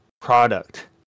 product